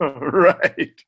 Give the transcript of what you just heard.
Right